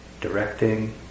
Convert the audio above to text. directing